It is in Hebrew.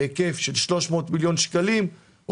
300 מיליון שקלים,